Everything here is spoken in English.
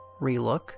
relook